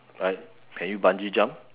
like can you bungee jump